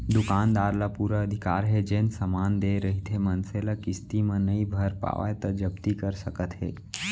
दुकानदार ल पुरा अधिकार हे जेन समान देय रहिथे मनसे ल किस्ती म नइ भर पावय त जब्ती कर सकत हे